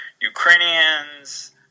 Ukrainians